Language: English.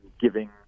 giving